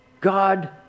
God